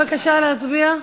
בבקשה להצביע.